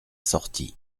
sortit